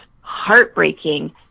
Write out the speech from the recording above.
heartbreaking